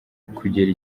kugera